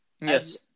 Yes